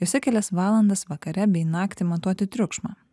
juose kelias valandas vakare bei naktį matuoti triukšmą